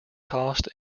costs